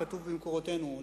כתוב במקורותינו.